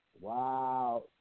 Wow